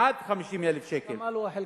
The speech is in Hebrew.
עד 50,000 שקל.